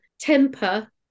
temper